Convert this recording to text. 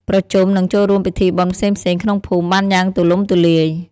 ប្រជុំ និងចូលរួមពិធីបុណ្យផ្សេងៗក្នុងភូមិបានយ៉ាងទូលំទូលាយ។